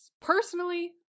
personally